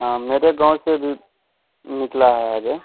हाँ मेरे गाँव से भी निकला है आगे